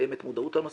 קיימת מודעות לנושא.